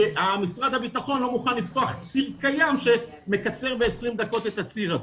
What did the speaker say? כי משרד הבטחון לא מוכן לפתוח ציר קיים שמקצר ב-20 דק' את הציר הזה,